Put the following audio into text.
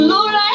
Lord